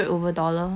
ya